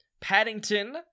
Paddington